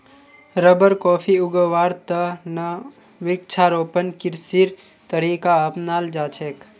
rubber, coffee उगव्वार त न वृक्षारोपण कृषिर तरीका अपनाल जा छेक